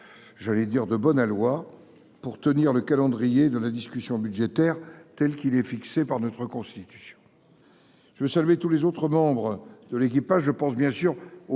J'allais dire de bon aloi pour tenir le calendrier de la discussion budgétaire telle qu'il est fixé par notre Constitution. Je veux saluer tous les autres membres de l'équipage. Je pense bien sûr aux